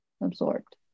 absorbed